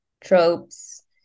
tropes